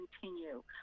continue